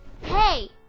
Hey